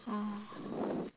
oh